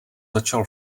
začal